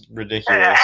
ridiculous